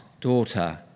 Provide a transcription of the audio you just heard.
daughter